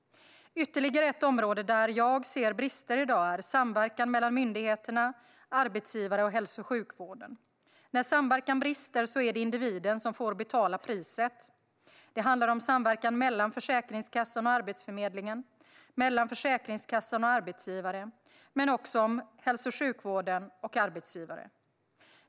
Ytterligare ett område där jag ser brister i dag är samverkan mellan myndigheterna, arbetsgivare och hälso och sjukvården. När samverkan brister är det individen som får betala priset. Det handlar om samverkan mellan Försäkringskassan och Arbetsförmedlingen, mellan Försäkringskassan och arbetsgivare, men också mellan hälso och sjukvården och arbetsgivare.